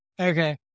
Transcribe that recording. Okay